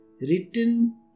written